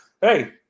hey